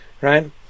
Right